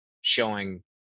showing